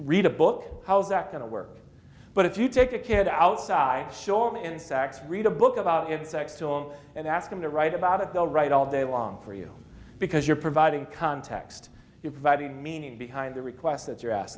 read a book how's that going to work but if you take a kid outside shore and sacks read a book about insects to them and ask them to write about it they'll write all day long for you because you're providing context you're providing meaning behind the requests that